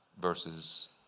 versus